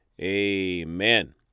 amen